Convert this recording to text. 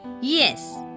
Yes